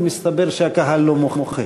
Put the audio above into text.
ומסתבר שהקהל לא מוחה.